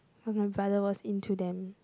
but my brother was into them